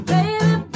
Baby